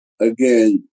again